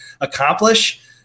accomplish